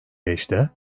beşte